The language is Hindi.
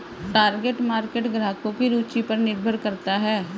टारगेट मार्केट ग्राहकों की रूचि पर निर्भर करता है